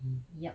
mm